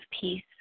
peace